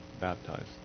baptized